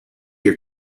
your